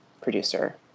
producer